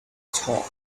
talk